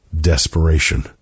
Desperation